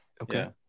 Okay